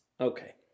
okay